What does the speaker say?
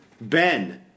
Ben